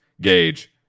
gauge